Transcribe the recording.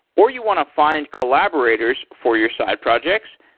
or you want to find collaborators for your side projects,